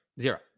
zero